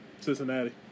Cincinnati